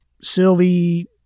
Sylvie